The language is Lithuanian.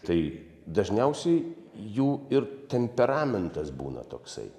tai dažniausiai jų ir temperamentas būna toksai